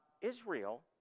Israel